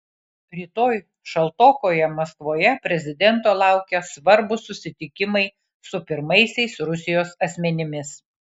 rytoj šaltokoje maskvoje prezidento laukia svarbūs susitikimai su pirmaisiais rusijos asmenimis